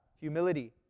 humility